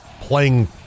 playing